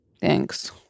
Thanks